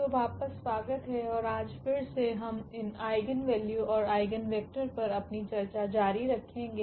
तो वापस स्वागत है और आज फिर से हम इन आइगेन वैल्यू और आइगेन वेक्टर पर अपनी चर्चा जारी रखेंगे